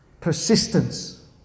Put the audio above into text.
Persistence